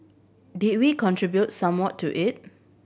did we contribute somewhat to it